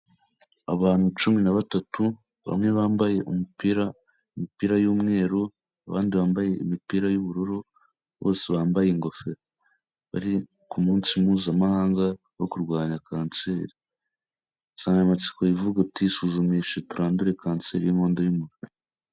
Abantu cumi na batatu, bamwe bambaye umupira imipira y'umweru abandi bambaye imipira y'ubururu bose bambaye ingofero. Bari kumunsi mpuzamahanga wo kurwanya kanseri. Insanganyamatsiko ivuga iti; isuzumishe turandure kanseri y'inkondo y'umura.